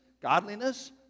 godliness